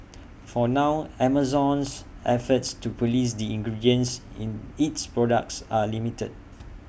for now Amazon's efforts to Police the ingredients in its products are limited